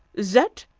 that?